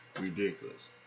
ridiculous